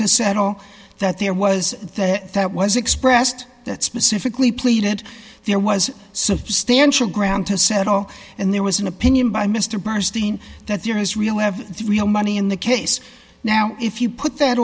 to settle that there was that was expressed that specifically pleaded there was substantial ground to settle and there was an opinion by mr bernstein that there is real have real money in the case now if you put that